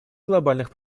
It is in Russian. глобальных